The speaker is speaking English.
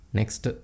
next